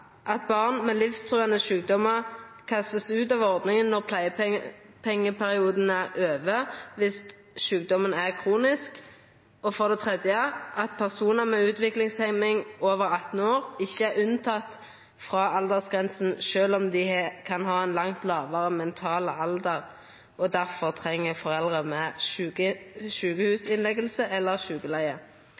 at barn med livstrugande sjukdomar vert kasta ut av ordninga når pleiepengeperioden er over dersom sjukdomen er kronisk, og for det tredje at personar over 18 år med utviklingshemjing ikkje er unnateke aldersgrensa sjølv om dei kan ha ein langt lågare mental alder, og difor treng